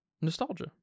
Nostalgia